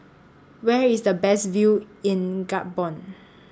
Where IS The Best View in Gabon